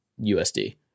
USD